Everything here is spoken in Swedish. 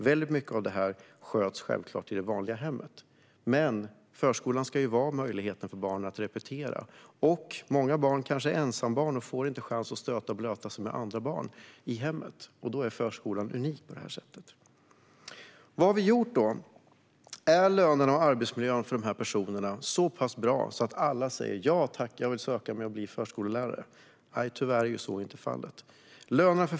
Väldigt mycket av detta sköts självklart i hemmet. Men förskolan ska ju ge barn möjligheten att repetera. Många barn är ensambarn och får kanske inte chans att stötas och blötas med andra barn i hemmet, och i det avseendet är förskolan unik. Vad har vi då gjort? Är lönerna och arbetsmiljön för personalen så pass bra att alla säger ja tack till att söka sig till förskolläraryrket? Nej, tyvärr är så inte fallet.